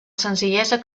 senzillesa